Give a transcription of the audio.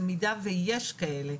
במידה שיש כאלה,